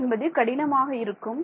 3D என்பது கடினமாக இருக்கும்